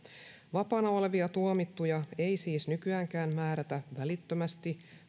vapaana olevia tuomittuja ei siis nykyäänkään määrätä välittömästi